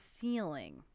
ceiling